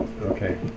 okay